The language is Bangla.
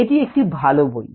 এটি একটি ভালো বই